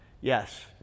Yes